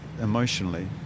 emotionally